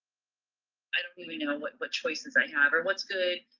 i don't really know and what what choices i have or what's good.